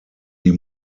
die